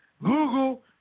Google